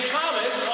Thomas